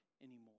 anymore